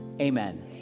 Amen